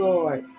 Lord